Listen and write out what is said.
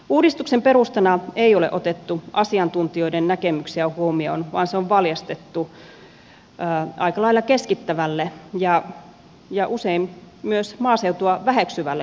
uudistuksen perustana ei ole otettu asiantuntijoiden näkemyksiä huomioon vaan se on valjastettu aika lailla keskittävälle ja usein myös maaseutua väheksyvälle kuntarakennetavoitteelle